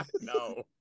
No